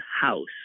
house